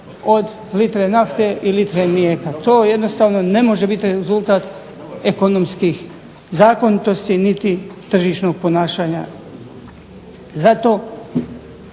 od litre nafte i litre mlijeka. To jednostavno ne može biti rezultat ekonomskih zakonitosti niti tržišnog ponašanja. Zato